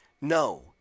No